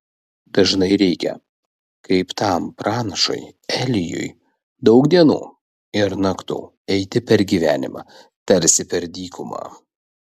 dažnai reikia kaip tam pranašui elijui daug dienų ir naktų eiti per gyvenimą tarsi per dykumą